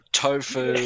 tofu